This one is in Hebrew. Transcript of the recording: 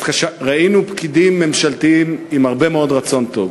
ראינו פקידים ממשלתיים עם הרבה מאוד רצון טוב.